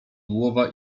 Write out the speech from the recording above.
głowa